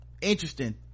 Interesting